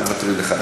אנחנו מוותרים לך.